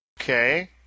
Okay